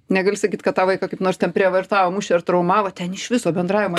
negaliu sakyt kad tą vaiką kaip nors ten prievartavo mušė ar traumavo ten iš viso bendravimo